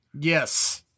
Yes